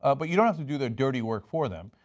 ah but you don't have to do their dirty work for them.